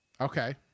Okay